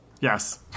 Yes